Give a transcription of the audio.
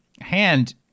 hand